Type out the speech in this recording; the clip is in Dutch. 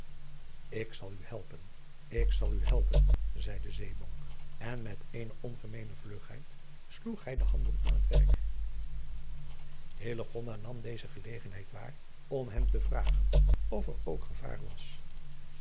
k zal u helpen ik zal u helpen zeî de zeebonk en met eene ongemeene vlugheid sloeg hij de handen aan het werk nam deze gelegenheid waar om hem te vragen of er ook gevaar was